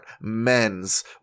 Men's